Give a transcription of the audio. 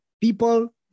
people